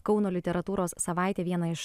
kauno literatūros savaitė viena iš